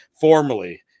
formally